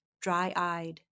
dry-eyed